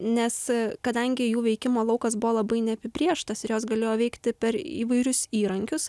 nes kadangi jų veikimo laukas buvo labai neapibrėžtas ir jos galėjo veikti per įvairius įrankius